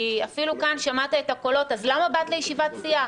כי אפילו כאן שמעת את הקולות: אז למה באת לישיבת סיעה?